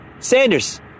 Sanders